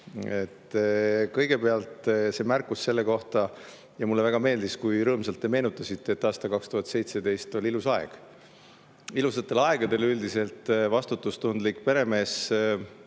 Kõigepealt selline märkus. Mulle väga meeldis, kui rõõmsalt te meenutasite, et aasta 2017 oli ilus aeg. Ilusatel aegadel vastutustundlik peremees